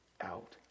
out